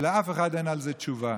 ולאף אחד אין על זה תשובה.